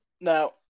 Now